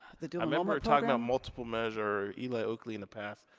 the dual enrollment talking about multiple measure, eloy oakley in the past,